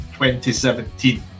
2017